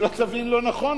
שלא תבין לא נכון,